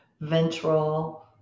ventral